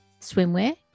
swimwear